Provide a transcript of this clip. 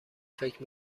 فکر